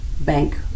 bank